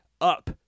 up